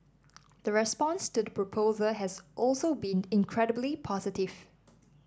the response to the proposal has also been incredibly positive